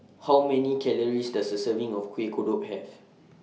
How Many Calories Does A Serving of Kueh Kodok Have